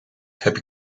heb